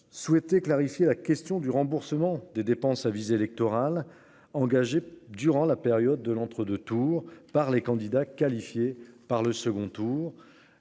Souhaité clarifier la question du remboursement des dépenses à visée électorale engagée durant la période de l'entre 2 tours par les candidats qualifiés par le second tour.